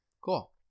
Cool